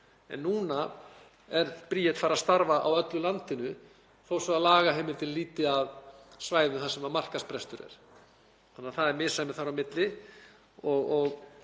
er. Núna er Bríet farin að starfa á öllu landinu þó svo að lagaheimildin lúti að svæðum þar sem markaðsbrestur er, þannig að það er misræmi þar á milli.